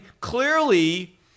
clearly